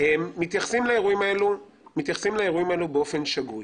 מתייחסים לאירועים האלה באופן שגוי,